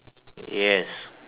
yes